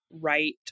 right